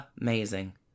Amazing